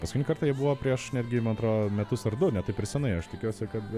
paskutinį kartą jie buvo prieš netgi man atrodo metus ar du ne taip ir senai aš tikiuosi kad